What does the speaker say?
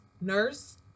nurse